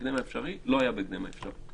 ההקדם האפשרי לא היה בהקדם האפשרי.